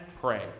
pray